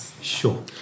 Sure